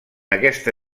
aquesta